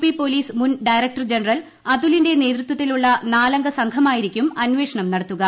P police മുൻ director general അതുലിന്റെ നേതൃത്വത്തിലുള്ള നാല്റ്ഗ സംഘമായിരിക്കും നടത്തുക